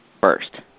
first